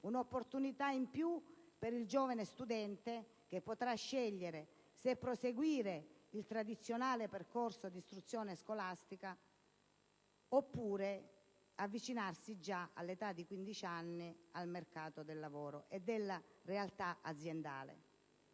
un'opportunità in più per il giovane studente, che potrà scegliere se proseguire il tradizionale percorso di istruzione scolastica oppure avvicinarsi, già all'età di 15 anni, al mercato del lavoro ed alla realtà aziendale.